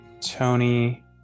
tony